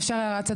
אפשר הערת צד.